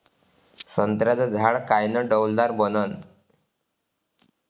संत्र्याचं झाड कायनं डौलदार बनन?